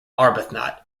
arbuthnot